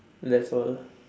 that's all